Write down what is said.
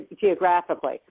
geographically